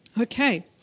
Okay